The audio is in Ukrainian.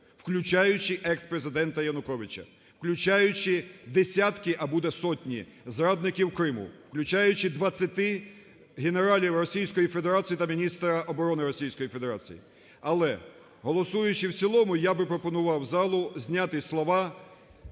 включаючи екс-президента Януковича, включаючи десятки, а буде сотні, зрадників Криму, включаючи 20 генералів Російської Федерації та міністра оборони Російської Федерації. Але, голосуючи в цілому, я би пропонував залу зняти слова